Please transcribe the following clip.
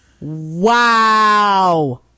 Wow